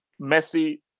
Messi